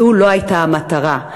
זו לא הייתה המטרה.